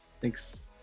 Thanks